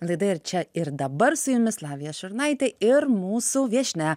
laida ir čia ir dabar su jumis lavija šurnaitė ir mūsų viešnia